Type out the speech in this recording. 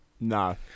No